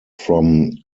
from